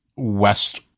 West